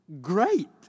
great